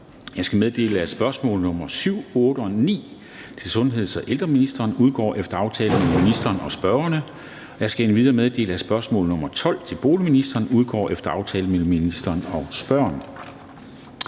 Jeg skal meddele, at spørgsmål nr. 7, 8 og 9 (S 44, S 47 og S 85) til sundheds- og ældreministeren udgår efter aftale mellem ministeren og spørgerne. Jeg skal endvidere meddele, at spørgsmål nr. 12 (S 76) til boligministeren udgår efter aftale mellem ministeren og spørgeren.